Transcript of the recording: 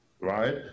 right